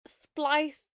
splice